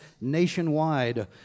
nationwide